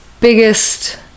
biggest